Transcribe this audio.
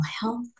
health